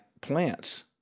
plants